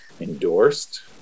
endorsed